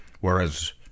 whereas